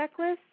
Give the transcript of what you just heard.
checklist